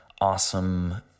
awesome